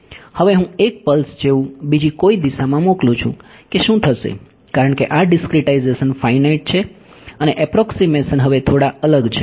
હવે હું એક પલ્સ જેવું બીજી કોઈ દિશામાં મોકલું છું કે શું થશે કારણ કે આ ડીસ્ક્રીટાઈઝેશન ફાઈનાઈટ છે અને એપ્રોકસીમેશન હવે થોડા અલગ છે